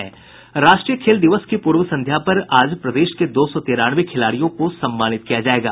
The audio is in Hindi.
राष्ट्रीय खेल दिवस की पूर्व संध्या पर आज प्रदेश के दो सौ तिरानवे खिलाड़ियों को सम्मानित किया जायेगा